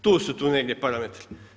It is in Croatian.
Tu su tu negdje parametri.